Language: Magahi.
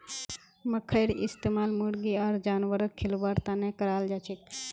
मखईर इस्तमाल मुर्गी आर जानवरक खिलव्वार तने कराल जाछेक